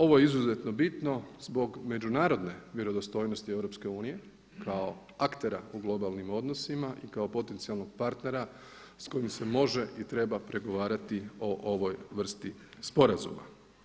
Ovo je izuzetno bitno zbog međunarodne vjerodostojnosti EU kao aktera u globalnim odnosima i kao potencijalnog partnera s kojim se može i treba pregovarati o ovoj vrsti sporazuma.